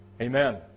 Amen